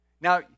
Now